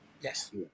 Yes